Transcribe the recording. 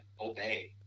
obey